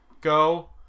go